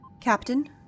Captain